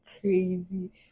crazy